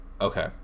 okay